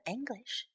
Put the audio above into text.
English